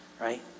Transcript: right